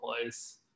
place